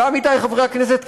ועמיתי חברי הכנסת,